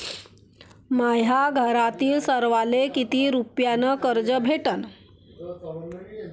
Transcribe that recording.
माह्या घरातील सर्वाले किती रुप्यान कर्ज भेटन?